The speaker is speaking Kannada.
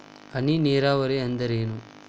ಹನಿ ನೇರಾವರಿ ಅಂದ್ರ ಏನ್?